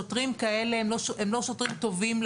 שוטרים כאלה הם לא שוטרים טובים,